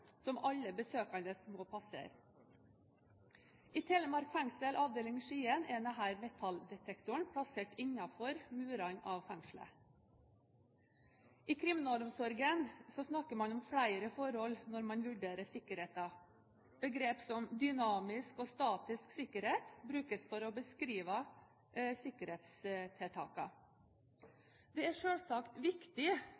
som alle besøkende må passere. I Telemark fengsel, Skien avdeling, er denne metalldetektoren plassert innenfor fengselsmurene. I kriminalomsorgen snakker man om flere forhold når man vurderer sikkerheten. Begrep som dynamisk og statisk sikkerhet brukes for å beskrive